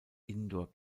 indoor